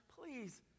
please